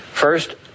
First